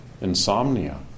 Insomnia